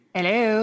Hello